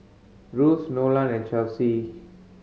Russ Nolan and Chelsi